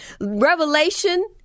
revelation